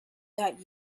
that